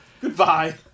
Goodbye